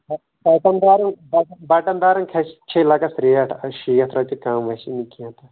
بٹن دارو بٹن بٹن دارن کھسہِ چھےٚ لگس ریٹ اکھ ہَتھ شیٖتھ رۄپیہِ کم وسی نہٕ کیٚنٛہہ